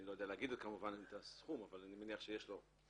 אני לא יודע את הסכום, אבל אני מניח שיש לו ערך.